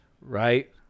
right